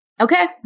Okay